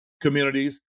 communities